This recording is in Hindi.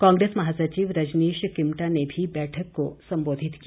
कांग्रेस महासचिव रजनीश किमटा ने भी बैठक को संबोधित किया